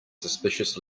suspicious